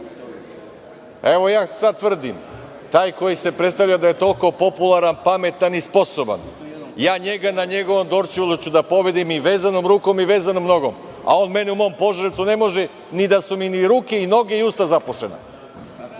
ja sada tvrdim - taj koji se predstavlja da je toliko popularan, pametan i sposoban, ja njega na njegovom Dorćolu ću da pobedim i vezanom rukom i vezanom nogom, a on meni u mom Požarevcu ne može ni da su mi ni ruke, ni noge i usta zapušena.